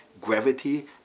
gravity